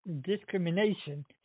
discrimination